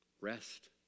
Rest